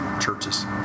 churches